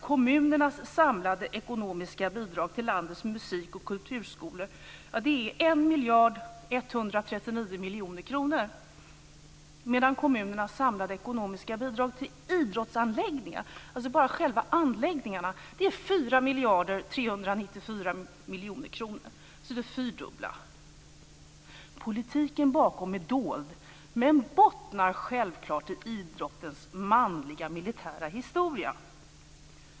Kommunernas samlade ekonomiska bidrag till landets musik och kulturskolor är 1 139 000 000 kr medan kommunernas samlade ekonomiska bidrag till idrottsanläggningar - bara själva anläggningarna - är 4 394 000 000 kr. Det är alltså det fyrdubbla. Politiken bakom detta är dold men bottnar självfallet i idrottens manliga militära historia.